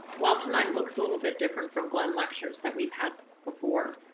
while tonight looks a little bit different from glenn lectures that we've had before,